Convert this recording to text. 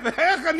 איך?